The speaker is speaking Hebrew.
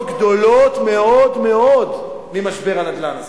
גדולות מאוד מאוד ממשבר הנדל"ן הזה.